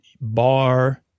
Bar